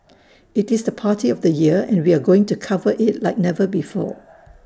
IT is the party of the year and we are going to cover IT like never before